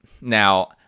Now